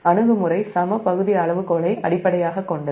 அணுகுமுறை சமபகுதி அளவுகோலை அடிப்படையாகக் கொண்டது